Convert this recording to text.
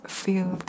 feel